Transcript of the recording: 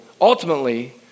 Ultimately